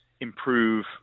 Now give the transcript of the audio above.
improve